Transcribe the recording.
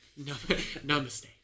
Namaste